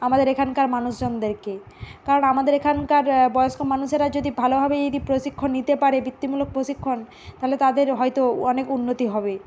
আমাদের এখানকার মানুষজনদেরকে কারণ আমাদের এখানকার বয়স্ক মানুষেরা যদি ভালোভাবে এই প্রশিক্ষণ নিতে পারে বৃত্তিমূলক প্রশিক্ষণ তালে তাদের হয়তো অনেক উন্নতি হবে